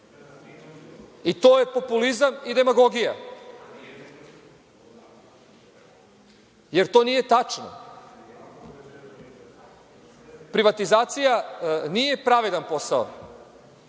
To je populizam i demagogija. Jer, to nije tačno. Privatizacija nije pravedan posao.